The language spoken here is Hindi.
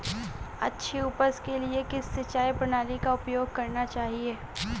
अच्छी उपज के लिए किस सिंचाई प्रणाली का उपयोग करना चाहिए?